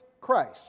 Christ